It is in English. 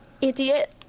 Idiot